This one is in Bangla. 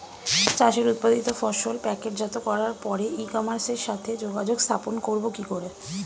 চাষের উৎপাদিত ফসল প্যাকেটজাত করার পরে ই কমার্সের সাথে যোগাযোগ স্থাপন করব কি করে?